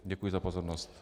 Děkuji za pozornost.